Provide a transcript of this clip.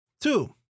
Two